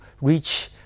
reach